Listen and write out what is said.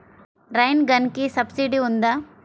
Rain గన్కి సబ్సిడీ ఉందా?